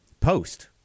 Post